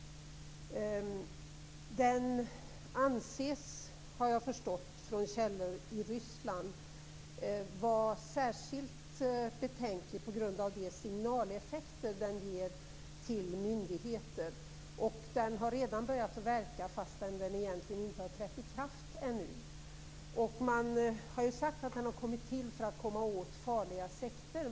Lagen anses, har jag förstått från källor i Ryssland, vara särskilt betänklig på grund av de signaleffekter den ger till myndigheter. Den har redan börjat verka fastän den egentligen inte trätt i kraft ännu. Man har sagt att den har kommit till för att komma åt farliga sekter.